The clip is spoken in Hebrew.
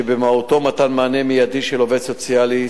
שבמהותו מתן מענה מיידי של עובד סוציאלי,